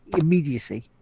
immediacy